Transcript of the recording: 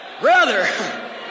Brother